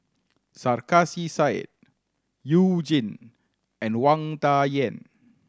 Sarkasi Said You Jin and Wang Dayuan